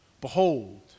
behold